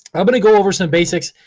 i'm gonna go over some basics,